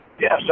Yes